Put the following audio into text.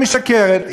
היא משקרת,